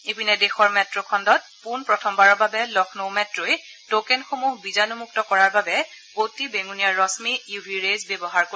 ইপিনে দেশৰ মেট্ৰ' খণ্ডত পোন প্ৰথমবাৰৰ বাবে লক্ষ্ণৌ মেট্ই টকেনসমূহ বীজাণুমুক্ত কৰাৰ বাবে অতি বেঙুণীয়া ৰশ্মি ইউ ভি ৰেজ ব্যৱহাৰ কৰিব